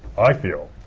i feel.